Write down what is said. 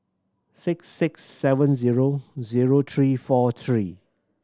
six six seven zero zero three four three